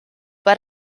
but